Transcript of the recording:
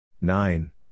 nine